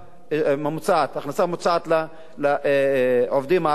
ההכנסה ממוצעת לעובדים הערבים.